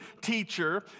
teacher